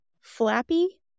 flappy